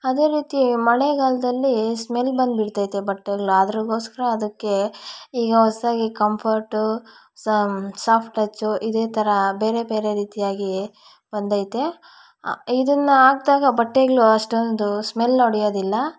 ಅದೇ ರೀತಿ ಮಳೆಗಾಲದಲ್ಲಿ ಸ್ಮೆಲ್ ಬಂದು ಬಿಡ್ತೈತೆ ಬಟ್ಟೆಗ್ಳು ಅದ್ರುಗೋಸ್ಕರ ಅದುಕ್ಕೆ ಈಗ ಹೊಸದಾಗಿ ಕಂಫರ್ಟು ಸಾಫ್ಟ್ ಟಚ್ಚು ಇದೇ ಥರಾ ಬೇರೆ ಬೇರೆ ರೀತಿಯಾಗಿ ಬಂದೈತೆ ಇದನ್ನ ಹಾಕ್ದಾಗ ಬಟ್ಟೆಗಳು ಅಷ್ಟೊಂದು ಸ್ಮೆಲ್ ಹೊಡ್ಯೋದಿಲ್ಲ